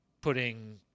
putting